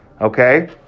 Okay